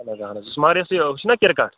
اَہَن حظ اہَن حظ سُمار یَتھ یہِ چھُنا کِرکَٹ